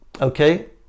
okay